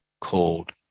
called